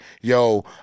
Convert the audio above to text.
Yo